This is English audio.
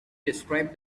described